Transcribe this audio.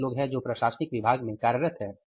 10 लोग हैं जो प्रशासनिक विभाग में कार्यरत हैं